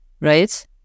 right